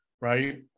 right